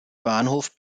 bahnhof